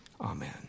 Amen